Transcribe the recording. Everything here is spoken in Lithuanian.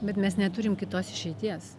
bet mes neturim kitos išeities